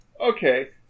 okay